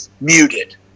muted